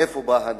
מאיפה בא הנשק?